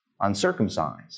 uncircumcised